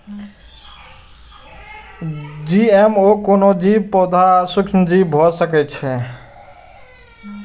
GMO कोनो जीव, पौधा आ सूक्ष्मजीव भए सकै छै